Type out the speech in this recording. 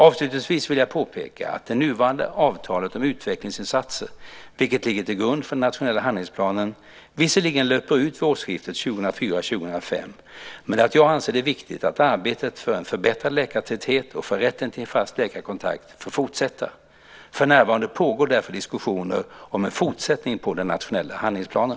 Avslutningsvis vill jag påpeka att det nuvarande avtalet om utvecklingsinsatser, vilket ligger till grund för den nationella handlingsplanen, visserligen löper ut vid årsskiftet 2004-2005, men att jag anser det viktigt att arbetet för en förbättrad läkartäthet och för rätten till en fast läkarkontakt får fortsätta. För närvarande pågår därför diskussioner om en fortsättning på den nationella handlingsplanen.